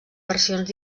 versions